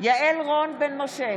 יעל רון בן משה,